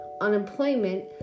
unemployment